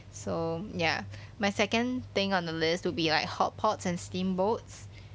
so ya my second thing on the list to be like hotpots and steamboats